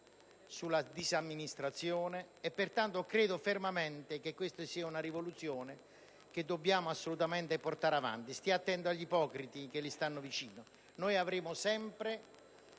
sulla disamministrazione. Pertanto credo fermamente che questa sia una rivoluzione che dobbiamo assolutamente portare avanti. Signor Ministro, stia attento agli ipocriti che le stanno vicino. Noi porteremo sempre